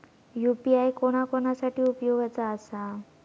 UPI कोणा कोणा साठी उपयोगाचा आसा?